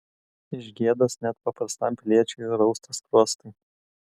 iš gėdos net paprastam piliečiui rausta skruostai